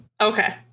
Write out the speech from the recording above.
Okay